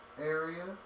area